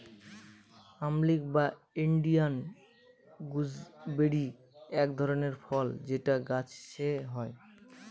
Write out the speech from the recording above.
আমলকি বা Indian gooseberry এক ধরনের ফল যেটা গাছে হয়